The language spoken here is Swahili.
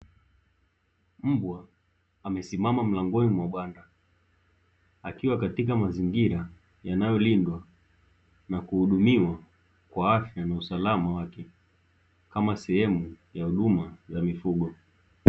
Mbwa amesimama mlangoni mwa banda akiwa katika mazingira, yanayolindwa na kuhudumiwa kwa afya na usalama wake kama sehemu ya huduma ya mifugo.